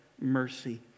mercy